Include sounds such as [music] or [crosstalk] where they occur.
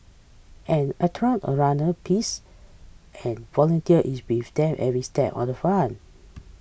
an [unintelligible] of runner pace and volunteer is with them every step of the [unintelligible]